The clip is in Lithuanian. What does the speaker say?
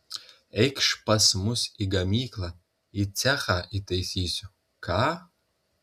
eikš pas mus į gamyklą į cechą įtaisysiu ką